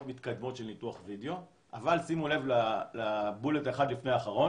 מתקדמות של ניתוח וידאו אבל שימו לב לבולט אחד לפני אחרון